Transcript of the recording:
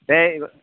दे